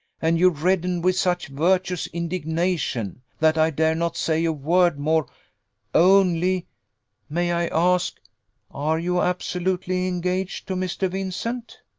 and you redden with such virtuous indignation, that i dare not say a word more only may i ask are you absolutely engaged to mr. vincent?